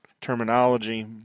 terminology